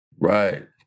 Right